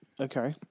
Okay